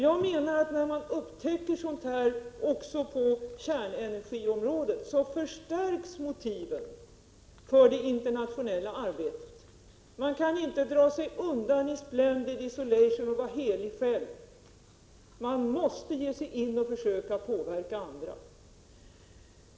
Jag menar att motiven för det internationella arbetet förstärks också när man upptäcker sådant på kärnenergiområdet. Man kan inte dra sig ur i splendid isolation och vara helig själv, utan man måste gå in och försöka påverka andra.